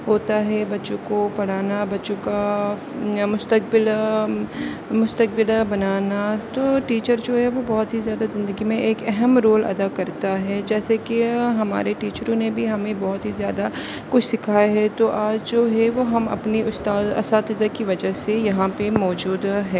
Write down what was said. ہوتا ہے بچوں کو پڑھانا بچوں کا مستقبل مستقبل بنانا تو ٹیچر جو ہے وہ بہت ہی زیادہ زندگی میں ایک اہم رول ادا کرتا ہے جیسے کہ ہمارے ٹیچروں نے بھی ہمیں بہت ہی زیادہ کچھ سکھائے ہے تو آج جو ہے وہ ہم اپنے استاد اساتذہ کی وجہ سے یہاں پہ موجود ہیں